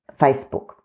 Facebook